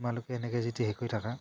আমালোকে এনেকৈ যিটো হেৰি কৰি থাকা